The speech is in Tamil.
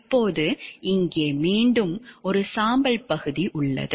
இப்போது இங்கே மீண்டும் ஒரு சாம்பல் பகுதி உள்ளது